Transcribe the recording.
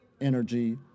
energy